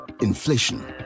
Inflation